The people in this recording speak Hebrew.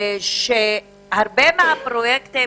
שהרבה מהפרויקטים,